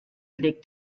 legt